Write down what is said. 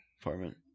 Apartment